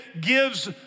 gives